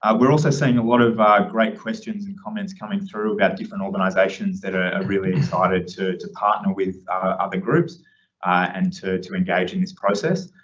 ah we're also seeing a lot of great questions and comments coming through about different organizations that are really excited to to partner with other groups and to to engage in this process.